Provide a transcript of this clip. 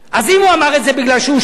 אז אם הוא אמר את זה משום שהוא שיקר,